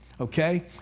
Okay